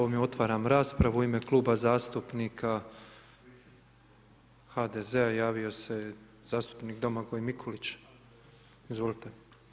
Ovime otvaram raspravu u ime Kluba zastupnika HDZ-a javio se zastupnik Domagoj Mikulić, izvolite.